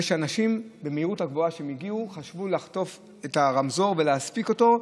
זה שאנשים שהגיעו במהירות גבוהה חשבו לחטוף את הרמזור ולהספיק אותו,